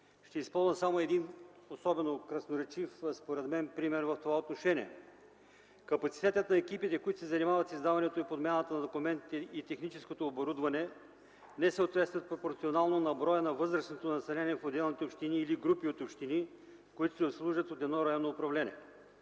Ще използвам само един, особено красноречив според мен пример в това отношение. Капацитетът на екипите, които се занимават с издаването и подмяната на документите и техническото оборудване, не съответства пропорционално на броя на възрастното население в отделните общини или групи от общини, които се обслужват от едно районно управление.